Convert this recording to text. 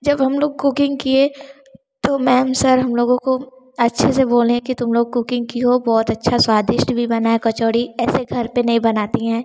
जब हम लोग कूकिंग किए तो मैम सर हम लोगों को अच्छे से बोले कि तुम लोग कूकिंग की हो बहुत अच्छा स्वादिष्ट भी बना है कचौड़ी ऐसे घर पे नहीं बनाती हैं